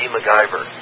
MacGyver